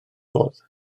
fodd